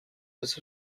was